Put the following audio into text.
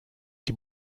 die